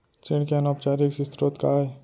ऋण के अनौपचारिक स्रोत का आय?